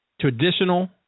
traditional